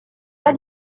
pas